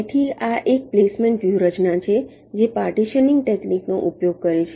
તેથી આ એક પ્લેસમેન્ટ વ્યૂહરચના છે જે પાર્ટીશનીંગ ટેકનિકનો ઉપયોગ કરે છે